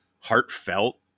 heartfelt